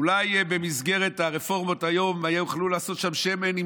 אולי במסגרת הרפורמות היום יכלו לעשות שם שמן עם